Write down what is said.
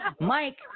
Mike